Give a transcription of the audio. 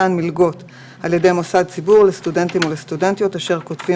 3. מתן מלגות על ידי מוסד ציבור לסטודנטים ולסטודנטיות אשר כותבים